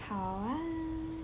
好啊